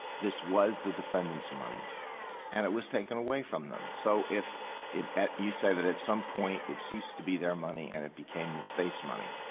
this was the defendants' money and it was taken away from them. so if at you say that at some point it ceased to be their money and it became the state's money.